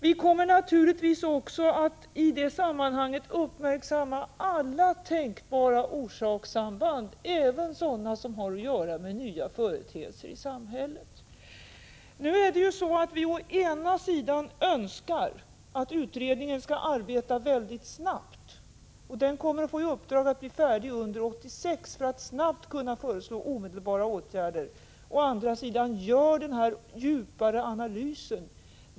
Vi kommer naturligtvis också i det sammanhanget att uppmärksamma alla tänkbara orsakssamband, även sådana som har att göra med nya företeelser i samhället. Vi önskar ju att utredningen å ena sidan skall arbeta mycket snabbt — den kommer att få i uppdrag att bli färdig under 1986 för att snabbt kunna föreslå omedelbara åtgärder — och å andra sidan skall göra en djupare analys.